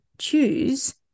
choose